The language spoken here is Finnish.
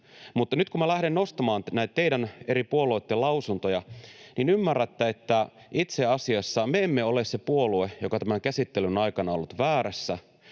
mutta nyt kun lähden nostamaan näitä teidän — eri puolueitten — lausuntoja, niin ymmärrätte, että itse asiassa me emme ole se puolue, joka tämän käsittelyn aikana on ollut väärässä.